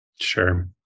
Sure